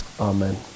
Amen